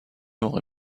موقع